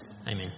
amen